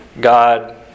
God